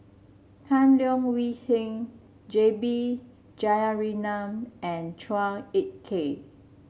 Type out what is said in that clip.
Tan Leo Wee Hin J B Jeyaretnam and Chua Ek Kay